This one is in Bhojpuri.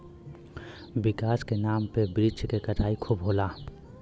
विकास के नाम पे वृक्ष के कटाई खूब होला